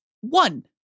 one